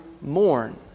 mourn